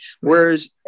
Whereas